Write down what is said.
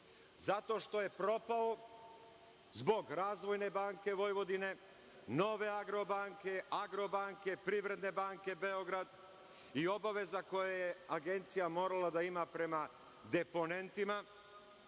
zato što je propao zbog Razvojne banke Vojvodine, Nove Agrobanke, Agrobanke, Privredne banke Beograd i obaveza koje je Agencija morala da ima prema deponentima.